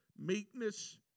meekness